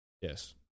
Yes